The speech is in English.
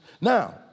Now